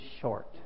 short